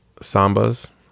Sambas